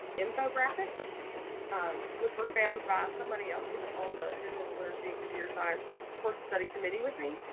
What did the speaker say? infographics which were found by somebody else who was on the digital literacy and computer science course of study committee with me,